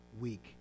week